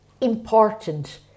important